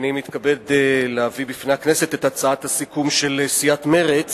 אני מתכבד להביא בפני הכנסת את הצעת הסיכום של סיעת מרצ